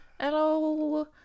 hello